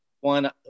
One